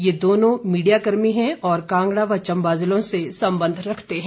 ये दोनों मीडियाकर्मी हैं और कांगड़ा व चम्बा ज़िलों से संबंध रखते हैं